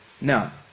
now